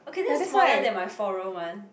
okay that's smaller than my four room one